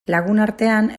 lagunartean